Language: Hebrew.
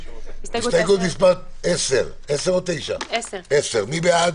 הסתייגות מס' 8. מי בעד